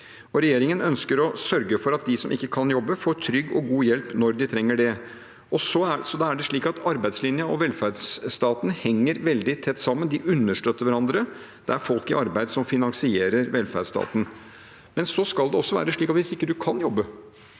Regjeringen ønsker å sørge for at de som ikke kan jobbe, får trygg og god hjelp når de trenger det. Da er det slik at arbeidslinja og velferdsstaten henger veldig tett sammen. De understøtter hverandre. Det er folk i arbeid som finansierer velferdsstaten. Så skal det også være slik at hvis man ikke kan jobbe